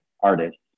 artists